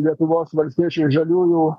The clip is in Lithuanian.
lietuvos valstiečių ir žaliųjų